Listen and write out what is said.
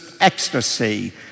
ecstasy